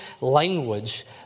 language